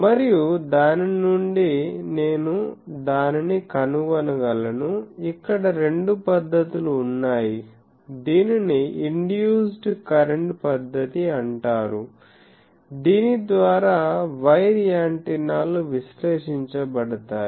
మరియు దాని నుండి నేను దానిని కనుగొనగలను ఇక్కడ రెండు పద్ధతులు ఉన్నాయి దీనిని ఇండ్యూజ్డ్ కరెంట్ పద్ధతి అంటారు దీని ద్వారా వైర్ యాంటెనాలు విశ్లేషించబడతాయి